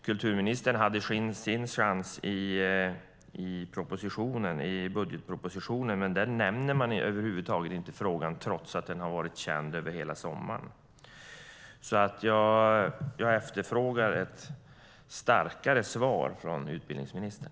Kulturministern hade sin chans i budgetpropositionen, men i den nämns frågan över huvud taget inte trots att den har varit känd under hela sommaren. Jag efterfrågar ett starkare svar från utbildningsministern.